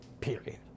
period